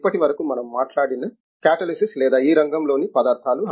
ఇప్పటి వరకు మనము మాట్లాడిన కాటలసిస్ లేదా ఈ రంగంలోని పదార్థాలు